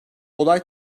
olay